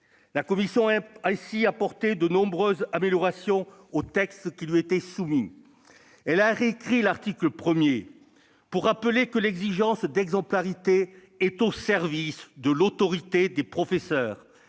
La commission a ainsi apporté de nombreuses améliorations au texte qui lui était soumis. Elle a réécrit l'article 1 pour rappeler que l'exigence d'exemplarité est au service de l'autorité des professeurs